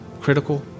critical